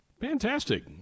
Fantastic